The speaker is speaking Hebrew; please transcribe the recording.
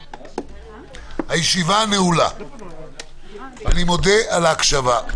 הישיבה נעולה ואני מודה על ההקשבה.